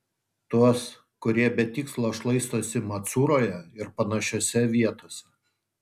tuos kurie be tikslo šlaistosi macuroje ir panašiose vietose